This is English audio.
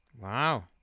Wow